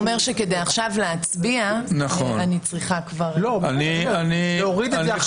הוא אומר שכדי להצביע עכשיו אני צריכה כבר להוריד את זה.